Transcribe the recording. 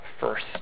first